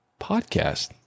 Podcast